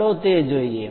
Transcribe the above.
ચાલો તે જોઈએ